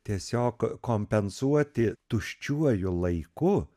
tiesiog kompensuoti tuščiuoju laiku